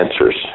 answers